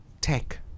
tech